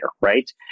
right